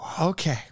Okay